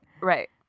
right